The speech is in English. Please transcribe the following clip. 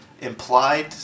implied